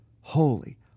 holy